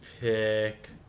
pick